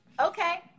Okay